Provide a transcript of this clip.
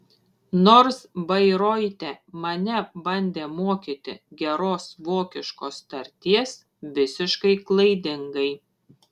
nors bairoite mane bandė mokyti geros vokiškos tarties visiškai klaidingai